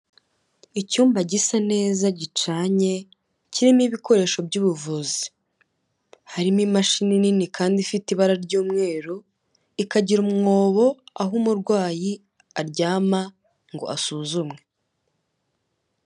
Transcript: Icyumba gisa neza gicanye kirimo ibikoresho by'ubuvuzi, harimo imashini nini kandi ifite ibara ry'umweru, ikagira umwobo aho umurwayi aryama ngo asuzumwe.